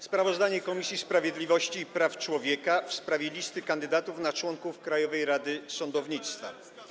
Sprawozdanie Komisji Sprawiedliwości i Praw Człowieka w sprawie listy kandydatów na członków Krajowej Rady Sądownictwa.